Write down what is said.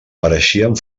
pareixien